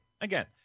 Again